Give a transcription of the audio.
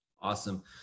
Awesome